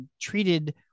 treated